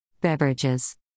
Beverages